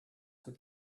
what